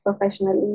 professionally